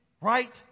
right